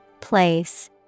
Place